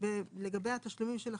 לגבי התשלומים של החיילים.